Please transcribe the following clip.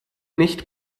nicht